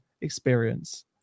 experience